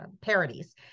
parodies